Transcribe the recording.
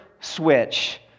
switch